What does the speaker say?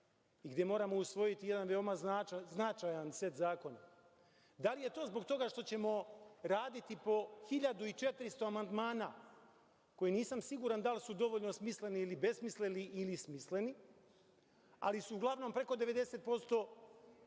i gde moramo usvojiti jedan veoma značajan set zakona. Da li je to zbog toga što ćemo raditi po 1.400 amandmana koji nisam siguran da li su dovoljno smisleni ili besmisleni ili smisleni, ali su uglavnom preko 90%